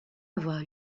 avoir